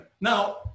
Now